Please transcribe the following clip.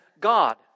God